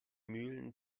mühlen